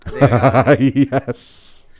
yes